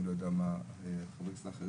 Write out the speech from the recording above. אני לא יודע מה עם חברי הכנסת האחרים,